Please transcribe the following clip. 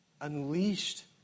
unleashed